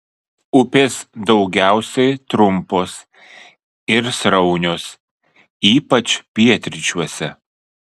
upės daugiausiai trumpos ir sraunios ypač pietryčiuose